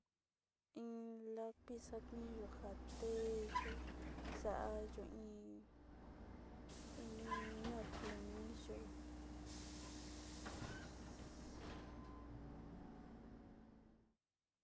Iin lapiz xaniyo'ó njateyo xa'ayo iin, iin nakoni iin yó.